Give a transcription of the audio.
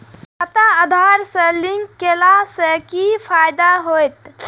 खाता आधार से लिंक केला से कि फायदा होयत?